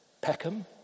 Peckham